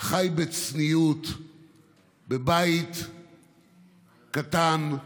חי בצניעות בבית קטן,